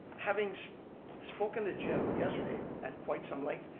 having spoken to jim yesterday, at quite some length,